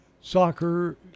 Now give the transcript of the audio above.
soccer